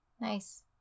nice